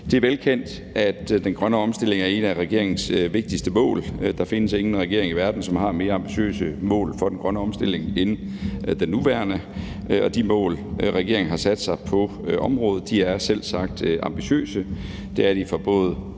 Det er velkendt, at den grønne omstilling er et af regeringens vigtigste mål. Der findes ingen regering i verden, som har mere ambitiøse mål for den grønne omstilling, end den nuværende. Og de mål, regeringen har sat sig på området, er selvsagt ambitiøse. Det er de både